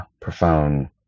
profound